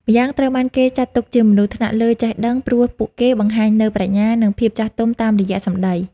ម្យ៉ាងត្រូវបានគេចាត់ទុកជាមនុស្សថ្នាក់លើចេះដឹង ព្រោះពួកគេបង្ហាញនូវប្រាជ្ញា និងភាពចាស់ទុំតាមរយៈសម្ដី។